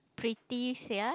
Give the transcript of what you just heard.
pretty sia